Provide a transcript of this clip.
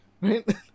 right